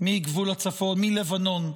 מגבול הצפון מלבנון,